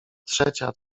trzecia